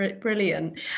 brilliant